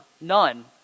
none